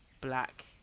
black